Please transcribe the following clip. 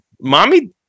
Mommy